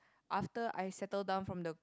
after I settle down from the